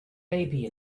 baby